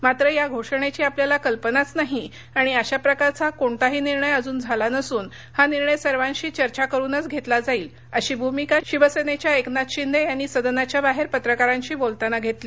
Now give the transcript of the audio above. मात्र या घोषणेची आपल्याला कल्पनाच नाही आणि अश्या प्रकारचा कोणताही निर्णय अजून झाला नसून हा निर्णय सर्वांशी चर्चा करूनच घेतला जाईल अशी भूमिका शिवसेनेच्या एकनाथ शिंदे यांनी सदनाच्या बाहेर पत्रकारांशी बोलताना घेतली